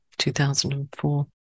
2004